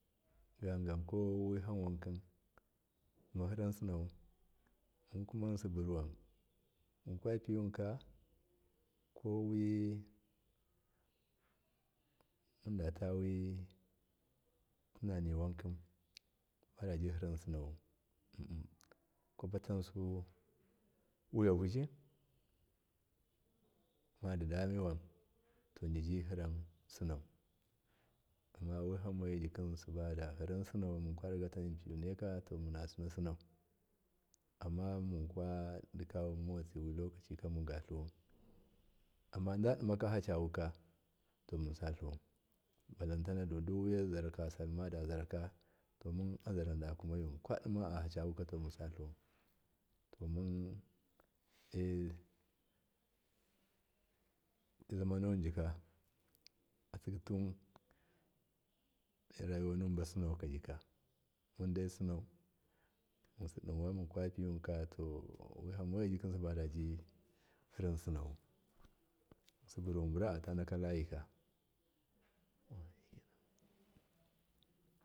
Feyagam ko wiham wankin dimahiran sinawu munkuma yinsi burwan munka piyuka kowi tlindatawi tinani wanki badabihiran sinauwu kwapatansu wiyavuzi madida maiwan to jiji hiran sinau amma wihammojikim sabadahiran sinauwu mi kwarigata mun piyunaika munasina sinau ammakwa diya wimotsika walo kaciko munga tluwun amma dadimaka abaca wuka munsa tluwan balantana duwiyaraka saka wi yamada zaka to mu azarazada kuma yuwun kwa dima ahacawuka to mun ehidimanu wunji ka atsigituwun dorayuwanun masinaukajika mundai sinau munkapiyuka wahamoyijikin badabi yiran sinowu, yinsi burwabura atana tayika.